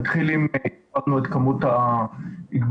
האם הגברנו את כמות הפקחים?